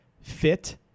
fit